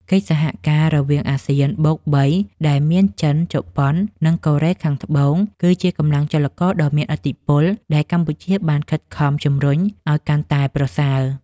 កិច្ចសហការរវាងអាស៊ានបូកបី ដែលមានចិន ជប៉ុន និងកូរ៉េខាងត្បូង គឺជាកម្លាំងចលករដ៏មានឥទ្ធិពលដែលកម្ពុជាបានខិតខំជំរុញឱ្យកាន់តែប្រសើរ។